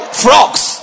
frogs